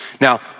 Now